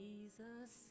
Jesus